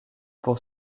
pour